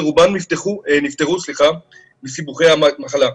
ורובם נפטרו מסיבוכי המחלה.